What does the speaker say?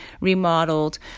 remodeled